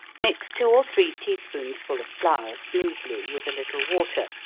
mix two or three tea spoonsful of flour smoothly, with a little water,